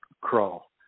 crawl